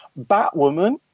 Batwoman